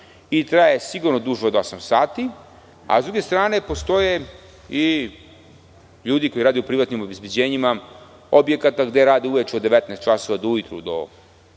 i traje sigurno duže od osam sati, a s druge strane, postoje i ljudi koji rade u privatnim obezbeđenjima objekata gde rade uveče od 19,00 časova do sedam